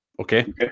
okay